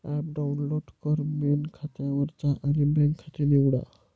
app download कर, main खात्यावर जा आणि बँक खाते निवडा